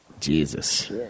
Jesus